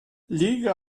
liga